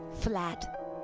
Flat